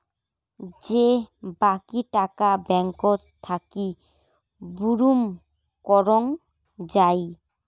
যে বাকী টাকা ব্যাঙ্কত থাকি বুরুম করং যাই